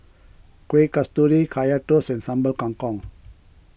Kueh Kasturi Kaya Toast and Sambal Kangkong